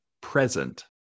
present